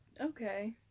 okay